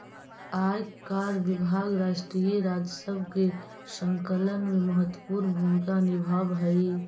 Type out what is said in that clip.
आयकर विभाग राष्ट्रीय राजस्व के संकलन में महत्वपूर्ण भूमिका निभावऽ हई